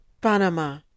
Panama